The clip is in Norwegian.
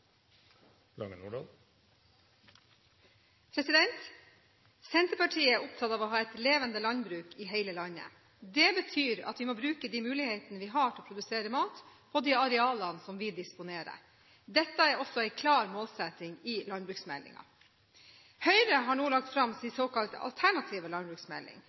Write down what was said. opptatt av å ha et levende landbruk i hele landet. Det betyr at vi må bruke de mulighetene vi har til å produsere mat, på de arealene som vi disponerer. Dette er også en klar målsetting i landbruksmeldingen. Høyre har nå lagt fram sin såkalte alternative landbruksmelding.